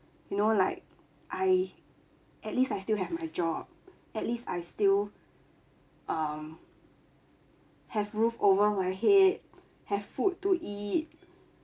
you know like I at least I still have my job at least I still um have roof over my head have food to eat